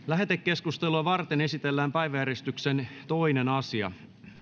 lähetekeskustelua varten esitellään päiväjärjestyksen toinen asia